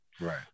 Right